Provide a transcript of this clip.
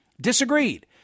disagreed